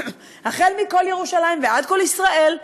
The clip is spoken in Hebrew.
החל מקול ירושלים ועד קול ישראל?